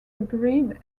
agreed